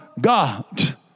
God